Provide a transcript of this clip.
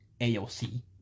AOC